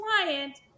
client